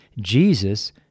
Jesus